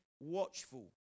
Watchful